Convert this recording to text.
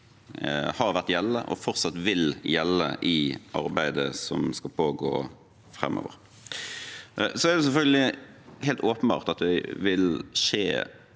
har vært gjeldende, og fortsatt vil gjelde, i arbeidet som skal pågå framover. Det er selvfølgelig helt åpenbart at det vil skje